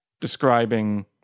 describing